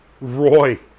Roy